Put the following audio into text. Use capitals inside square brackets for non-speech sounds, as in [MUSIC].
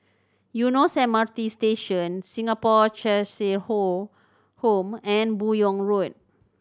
Eunos M R T Station Singapore Cheshire [UNINTELLIGIBLE] Home and Buyong Road